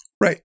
Right